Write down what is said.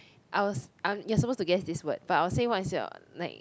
I was I'm you're supposed to guess this word but I'll say what's your like